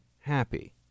happy